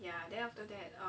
um ya then after that um